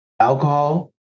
alcohol